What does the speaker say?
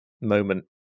moment